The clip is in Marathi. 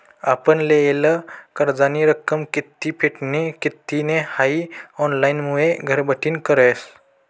आपण लेयेल कर्जनी रक्कम कित्ली फिटनी कित्ली नै हाई ऑनलाईनमुये घरबठीन कयस